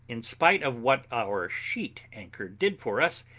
in spite of what our sheet-anchor did for us,